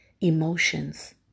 emotions